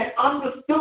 Understood